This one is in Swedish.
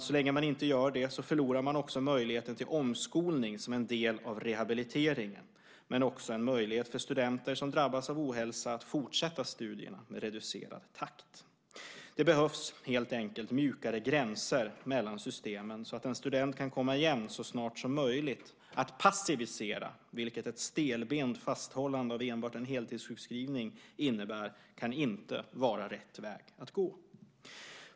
Så länge man inte gör det förlorar man också möjligheten till omskolning som en del av rehabiliteringen, men också en möjlighet för studenter som drabbas av ohälsa att fortsätta studierna i reducerad takt. Det behövs helt enkelt mjukare gränser mellan systemen så att en student kan komma igen så snart som möjligt. Att passivisera, vilket ett stelbent fasthållande av enbart en heltidssjukskrivning innebär, kan inte vara rätt väg att gå.